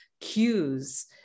cues